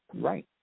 Right